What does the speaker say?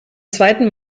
zweiten